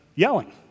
yelling